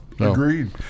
Agreed